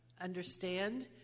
understand